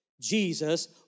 Jesus